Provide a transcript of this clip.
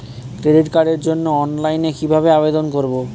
Credit কার্ডের জন্য অনলাইনে কিভাবে আবেদন করব?